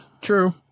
True